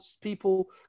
people